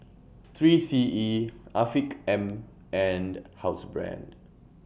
three C E Afiq M and Housebrand